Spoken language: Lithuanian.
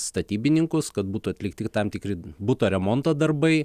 statybininkus kad būtų atlikti tam tikri buto remonto darbai